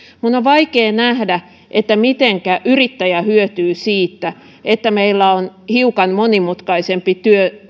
minun on vaikea nähdä mitenkä yrittäjä hyötyy siitä että meillä on hiukan monimutkaisempi